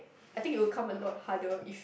I think it will come a lot harder if